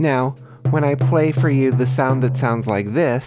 now when i play for you the sound that sounds like this